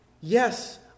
Yes